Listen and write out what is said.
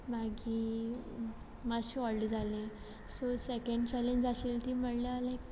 मागीर मातशें व्हडलें जालें सो सॅकॅण चलेंज आशिल्ल ती म्हळ्ळ्या लायक